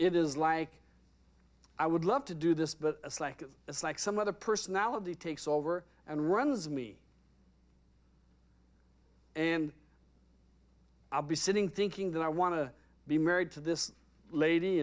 is like i would love to do this but it's like it's like some other personality takes over and runs me and i'll be sitting thinking that i want to be married to this lady